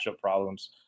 problems